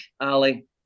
Ali